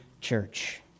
church